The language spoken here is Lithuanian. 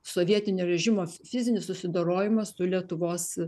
sovietinio režimo fizinis susidorojimas su lietuvos